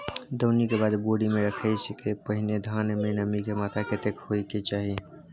दौनी के बाद बोरी में रखय के पहिने धान में नमी के मात्रा कतेक होय के चाही?